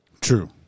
True